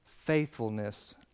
Faithfulness